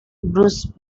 bruce